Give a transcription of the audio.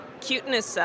Cuteness